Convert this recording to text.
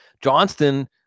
Johnston